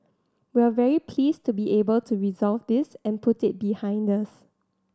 we're very pleased to be able to resolve this and put it behind us